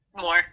more